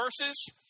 verses